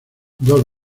dos